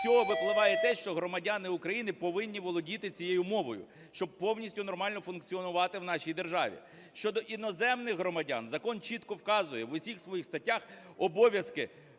цього випливає те, що громадяни України повинні володіти цієї мовою, щоб повністю нормально функціонувати в нашій державі. Щодо іноземних громадян, закон чітко вказує в усіх своїх статтях обов'язки